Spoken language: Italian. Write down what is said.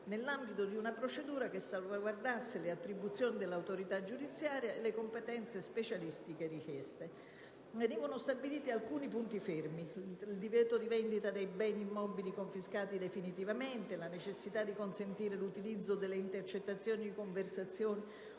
nell'ambito di una procedura che salvaguardasse l'attribuzione dell'autorità giudiziaria e le competenze specialistiche richieste. Venivano stabiliti alcuni punti fermi: il divieto di vendita di beni immobili confiscati definitivamente; la necessità di consentire l'utilizzo delle intercettazioni di conversazioni